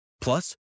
Plus